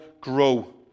grow